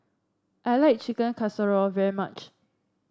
I like Chicken Casserole very much